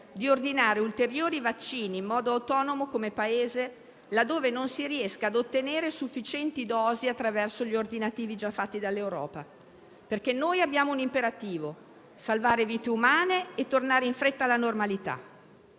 di ordinare ulteriori vaccini in modo autonomo, come Paese, laddove non si riesca a ottenere sufficienti dosi attraverso gli ordinativi già fatti dall'Europa, perché noi abbiamo un imperativo: salvare vite umane e tornare in fretta alla normalità.